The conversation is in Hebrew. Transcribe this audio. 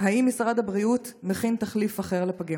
האם משרד הבריאות מכין תחליף אחר לפגים?